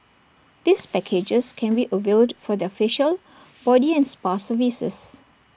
these packages can be availed for their facial body and spa services